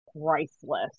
priceless